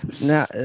Now